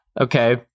Okay